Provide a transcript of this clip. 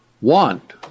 want